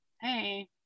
hey